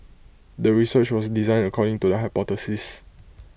the research was designed according to the hypothesis